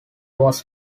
was